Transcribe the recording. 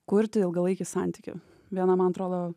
kurti ilgalaikį santykį viena man atrodo